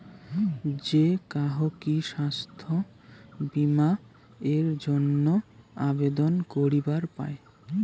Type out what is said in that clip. যে কাহো কি স্বাস্থ্য বীমা এর জইন্যে আবেদন করিবার পায়?